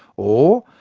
or,